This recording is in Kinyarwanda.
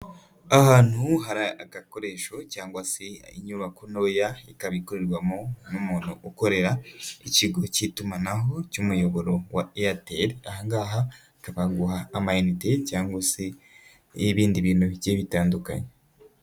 Ahantu hari agakoresho cyangwa se inyubako ntoya, ikaba ikorerwamo n'umuntu ukorera ikigo cy'itumanaho cy'umuyoboro wa Airtel, ahangaha baguha amayinite cyangwa se ibindi bintu bigiye bitandukanye.